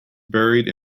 buried